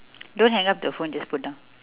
don't hang up the phone just put down